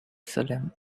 salem